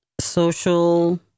social